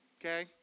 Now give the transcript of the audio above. okay